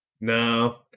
No